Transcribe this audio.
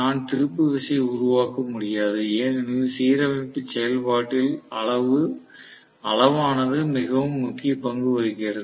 நான் திருப்பு விசையை உருவாக்க முடியாது ஏனெனில் சீரமைப்பு செயல்பாட்டில் அளவு ஆனது மிகவும் முக்கிய பங்கு வகிக்கிறது